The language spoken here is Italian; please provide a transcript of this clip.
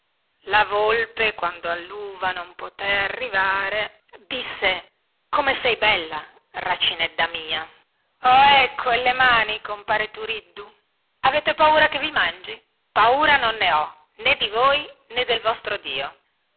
la volpe quando alluva non potè arrivare disse come sei bella racinedda mia ohè quelle mani compare turiddu avete paura che vi mangi paura non ho nè di voi nè del vostro dio